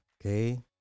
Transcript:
okay